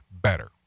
better